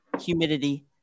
humidity